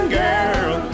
girl